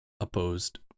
opposed